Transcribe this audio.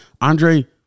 Andre